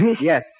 Yes